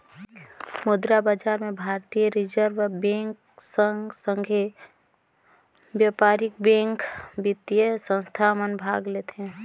मुद्रा बजार में भारतीय रिजर्व बेंक कर संघे बयपारिक बेंक, बित्तीय संस्था मन भाग लेथें